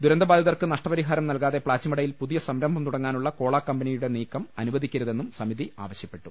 ദുരന്തബാധിതർക്കു നഷ്ടപരിഹാരം നൽകാതെ പ്ലാച്ചിമടയിൽ പുതിയ സംരംഭം തുടങ്ങാനുള്ള കോള കമ്പനിയുടെ നീക്കം അനുവദിക്കരുതെന്നും സമിതി ആവശ്യപ്പെട്ടു